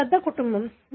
ఇది పెద్ద కుటుంబం